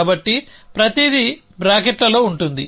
కాబట్టి ప్రతిదీ బ్రాకెట్లలో ఉంటుంది